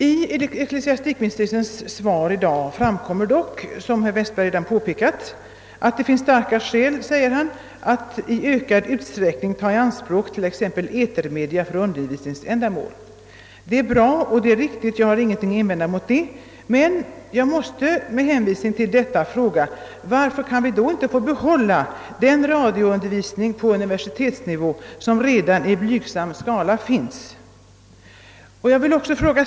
I ecklesiastikministerns svar framhålles att det »finns starka skäl att i ökad utsträckning ta i anspråk t.ex. etermedia för undervisningsändamål». Detta är bra — jag har ingenting att invända. Men jag måste fråga: Varför får vi då inte behålla den radioundervisning på universitetsnivå som redan i blygsam skala förekommer?